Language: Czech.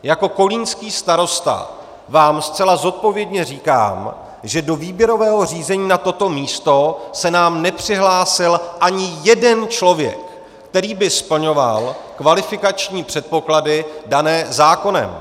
Jako kolínský starosta vám zcela zodpovědně říkám, že do výběrového řízení na toto místo se nám nepřihlásil ani jeden člověk, který by splňoval kvalifikační předpoklady dané zákonem.